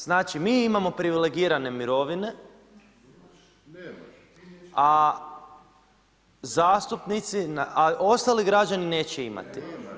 Znači mi imamo privilegirane mirovine a zastupnici, a ostali građani neće imati.